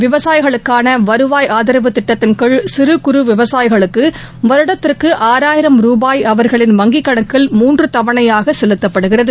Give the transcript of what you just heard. விவசாயிகளுக்கான வருவாய் ஆதரவு திட்டத்தின் கீழ் சிறு குறு விவசாயிகளுக்கு வருடத்திற்கு ஆறாயிரம் ரூபாய் அவர்களின் வங்கிக் கணக்கில் மூன்று தவணையாக செலுத்தப்படுகிறது